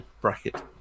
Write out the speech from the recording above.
bracket